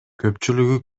көпчүлүгү